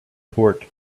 port